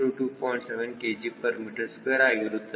7 kgm2 ಆಗಿರುತ್ತದೆ